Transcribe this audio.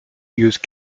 use